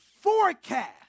forecast